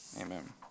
amen